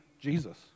Jesus